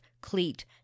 cleat